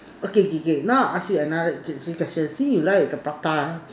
okay K K now I ask you another a few questions see you like the prata